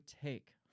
take